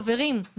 חברים,